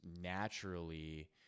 naturally